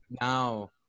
Now